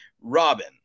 Robin